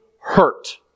hurt